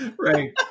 Right